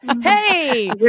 Hey